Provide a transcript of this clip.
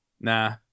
Nah